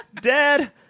Dad